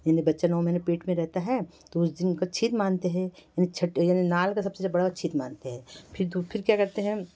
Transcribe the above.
यानी बच्चा नौ महीने पेट में रहता है तो उस दिन को छीत मानते हैं यानी छठ यानी नाल को सबसे जो बड़ा छीत मानते हैं फिर धू फिर क्या करते हैं